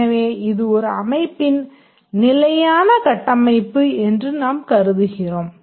எனவே இது ஒரு அமைப்பின் நிலையான கட்டமைப்பு என்று நாம் கூறுகிறோம்